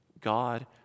God